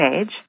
age